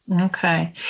Okay